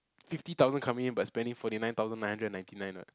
fifty thousand coming in but spending forty nine thousand nine hundred and ninety nine what